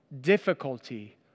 difficulty